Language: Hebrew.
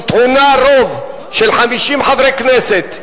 היא טעונה רוב של 50 חברי כנסת.